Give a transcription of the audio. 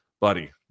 buddy